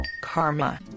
Karma